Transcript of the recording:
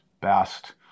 best